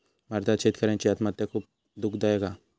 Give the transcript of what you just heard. भारतात शेतकऱ्यांची आत्महत्या खुप दुःखदायक हा